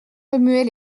remuaient